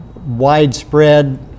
widespread